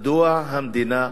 מדוע המדינה,